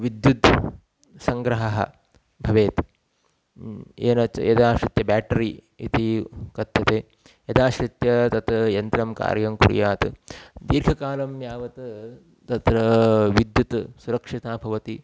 विद्युत् सङ्ग्रहः भवेत् येन च यदाश्रित्य बेट्री इति कथ्यते यदाश्रित्य तत् यन्त्रं कार्यं कुर्यात् दीर्घकालं यावत् तत्र विद्युत् सुरक्षिता भवति